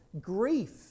grief